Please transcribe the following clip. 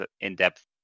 in-depth